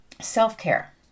self-care